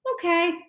Okay